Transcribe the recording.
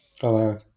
hello